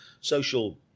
social